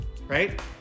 right